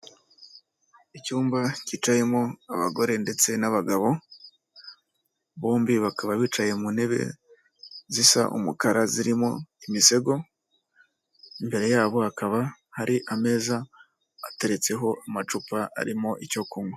Icyumba cyicayemo abagore ndetse n'abagabo, bombi bakaba bicaye mu ntebe zisa umukara, zirimo imisego, imbere yabo hakaba hari ameza ateretseho amacupa arimo icyo kunywa.